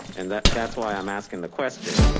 and that, that's why i'm asking the question.